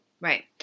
Right